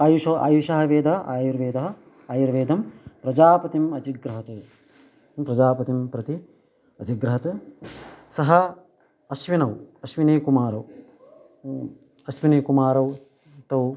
आयुषो आयुषः वेद आयुर्वेदः आयुर्वेदं प्रजापतिम् अजिग्रहत् प्रजापतिं प्रति अजिग्रहत् सः अश्विनौ अश्विनीकुमारौ अश्विनीकुमारौ तौ